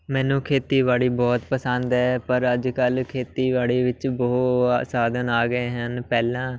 ਮੈਨੂੰ ਖੇਤੀਬਾੜੀ ਬਹੁਤ ਪਸੰਦ ਹੈ ਪਰ ਅੱਜ ਕੱਲ੍ਹ ਖੇਤੀਬਾੜੀ ਵਿੱਚ ਬਹੁਤ ਸਾਧਨ ਆ ਗਏ ਹਨ ਪਹਿਲਾਂ